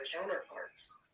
counterparts